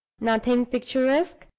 nothing picturesque,